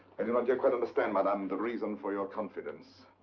i do not yet quite understand, madam, the reason for your confidence.